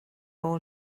all